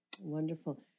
Wonderful